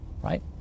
right